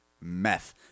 meth